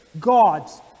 God's